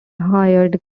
hired